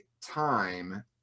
time